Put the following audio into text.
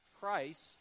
Christ